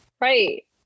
Right